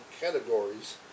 categories